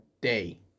day